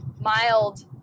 mild